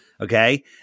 Okay